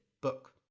book